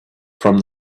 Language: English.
from